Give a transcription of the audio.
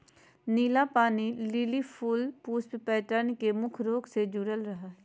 नीला पानी लिली फूल पुष्प पैटर्न के नोक से जुडल रहा हइ